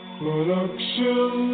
Production